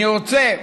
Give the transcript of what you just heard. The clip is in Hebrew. אני רוצה